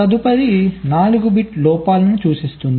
తదుపరి 4 బిట్ లోపాలను సూచిస్తుంది